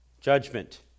judgment